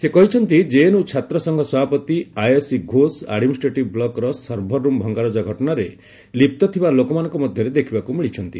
ସେ କହିଛନ୍ତି କେଏନ୍ୟୁ ଛାତ୍ର ସଂଘ ସଭାପତି ଆୟଶୀ ଘୋଷ ଆଡମିନ୍ଷ୍ଟ୍ରେଟିଭ୍ ବ୍ଲକ୍ର ସର୍ଭରରୁମ୍ ଭଙ୍ଗାରୁଜା ଘଟଣାରେ ଲିପ୍ତ ଥିବା ଲୋକମାନଙ୍କ ମଧ୍ୟରେ ଦେଖିବାକୁ ମିଳିଛନ୍ତି